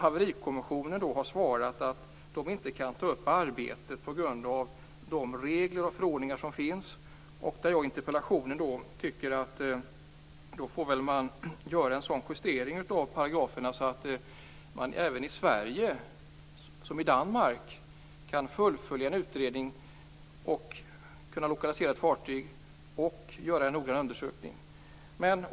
Haverikommissionen har svarat att man inte kan ta upp arbetet på grund av de regler och förordningar som finns. I interpellationen menar jag att man väl får göra en sådan justering av paragraferna att det i Sverige, precis som i Danmark, kan gå att fullfölja en utredning för att lokalisera ett fartyg och göra en noggrann undersökning.